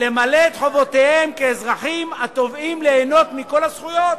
למלא את חובותיהם כאזרחים התובעים ליהנות מכל הזכויות?"